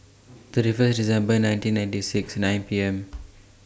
thirty First December nineteen ninety six nine P M